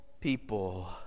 people